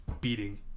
beating